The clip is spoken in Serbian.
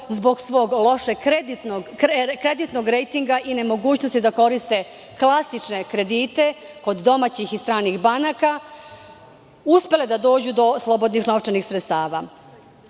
zbog svog lošeg kreditnog rejtinga i nemogućnosti da koriste klasične kredite kod domaćih i stranih banaka, uspele da dođu do slobodnih novčanih sredstava. Dobro